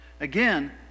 Again